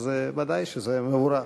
ודאי שזה מבורך.